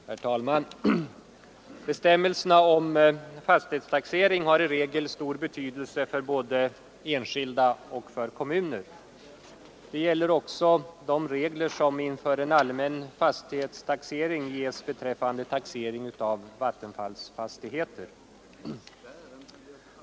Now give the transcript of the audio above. Herr talman! Bestämmelserna om fastighetstaxering har ofta stor betydelse för både enskilda och kommuner. Det gäller också de regler som inför en allmän fastighetstaxering ges beträffande taxering av vattenfallsfastigheter.